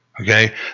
okay